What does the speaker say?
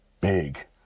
big